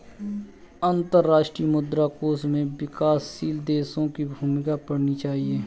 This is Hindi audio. अंतर्राष्ट्रीय मुद्रा कोष में विकासशील देशों की भूमिका पढ़नी चाहिए